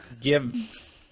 give